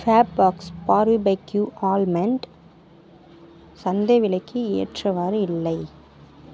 Fabbox barbecue almond சந்தை விலைக்கு ஏற்றவாறு இல்லை